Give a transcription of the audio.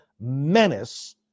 menace